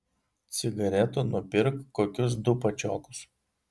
cigaretų nupirk kokius du pačiokus